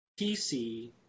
pc